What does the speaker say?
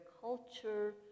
culture